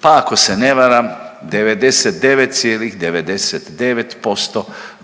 pa ako se ne varam, 99,99%